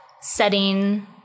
setting